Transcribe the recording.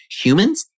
Humans